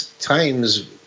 times